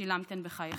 שילמתן בחייכן.